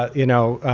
ah you know,